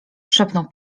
szepnął